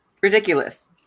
ridiculous